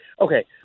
Okay